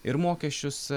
ir mokesčius